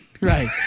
right